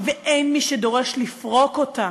ואין מי שדורש לפרוק אותה.